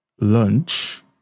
lunch